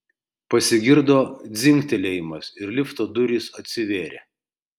pasigirdo dzingtelėjimas ir lifto durys atsivėrė